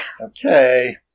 Okay